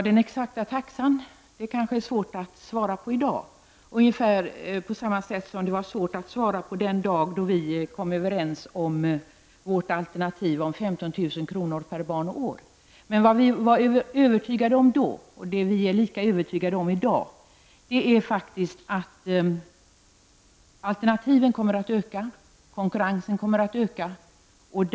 Herr talman! Det kan vara lika svårt att i dag ge ett svar om den exakta taxan som det var att ge ett svar då vi kom överens om alternativet 15 000 kr. per barn och år. Men vi är faktiskt lika övertygade i dag som vi då var om att antalet alternativ kommer att öka och om att konkurrensen kommer att bli större.